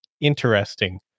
interesting